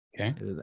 okay